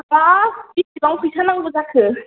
हाबाब बेसेबां फैसा नांगौ जाखो